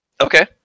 Okay